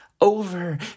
Over